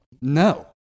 No